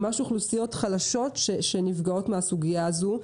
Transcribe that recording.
ממש אוכולסיות חלשות שנפגעות מהסוגייה הזו.